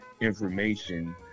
information